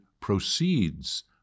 proceeds